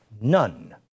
None